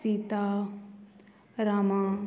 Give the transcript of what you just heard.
सिता रामा